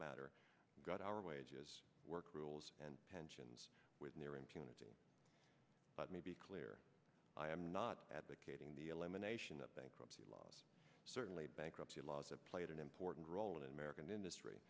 matter got our wages work rules and pensions with near impunity let me be clear i am not advocating the elimination of bankruptcy laws certainly bankruptcy laws have played an important role in american industry